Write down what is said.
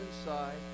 inside